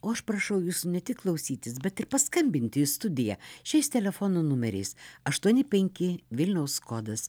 o aš prašau jūsų ne tik klausytis bet ir paskambinti į studiją šiais telefono numeriais aštuoni penki vilniaus kodas